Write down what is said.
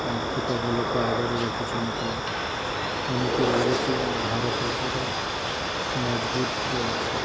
ଆର୍ଥିକ ଅବଲୋକ ଆଗରେ ରଖିଛନ୍ତି ଏମିତି ଲାଗୁଛିି ଭାରତ ପୁରା ମଜବୁତରେ ଅଛି